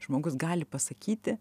žmogus gali pasakyti